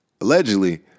Allegedly